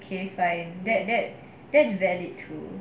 okay fine that that that's valid true